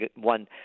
one